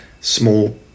small